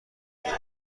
داریم